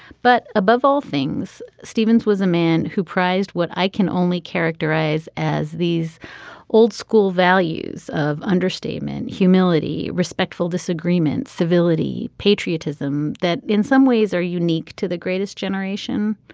but above all things stevens was a man who prized what i can only characterize as these old school values of understatement humility respectful disagreement civility patriotism that in some ways are unique to the greatest generation.